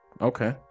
Okay